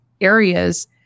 areas